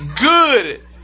Good